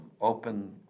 open